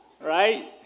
right